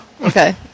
Okay